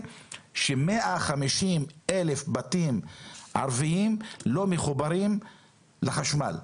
ש-150,000 בתים ערביים לא מחוברים לחשמל.